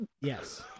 Yes